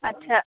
अच्छा